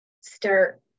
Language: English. start